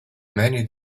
many